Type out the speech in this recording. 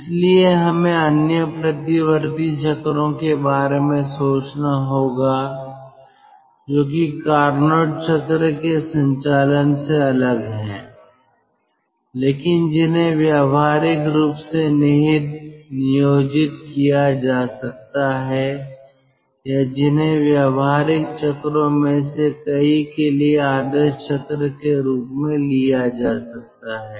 इसलिए हमें अन्य प्रतिवर्ती चक्रों के बारे में सोचना होगा जो कि कार्नोट चक्र के संचालन से अलग हैं लेकिन जिन्हें व्यावहारिक रूप से निहित नियोजित किया जा सकता है या जिन्हें व्यावहारिक चक्रों में से कई के लिए आदर्श चक्र के रूप में लिया जा सकता है